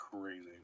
crazy